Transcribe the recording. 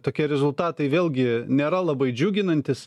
tokie rezultatai vėlgi nėra labai džiuginantys